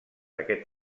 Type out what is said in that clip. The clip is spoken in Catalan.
aquest